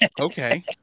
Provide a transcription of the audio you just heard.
okay